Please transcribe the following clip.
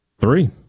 Three